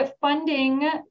funding